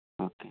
okay